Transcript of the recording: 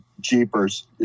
jeepers